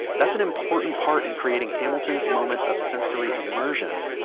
that's an important part in creating hamilton's moments of sensory immersion